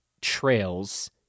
trails